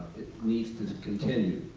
needs to continue.